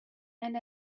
and